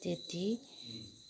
त्यत्ति